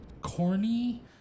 corny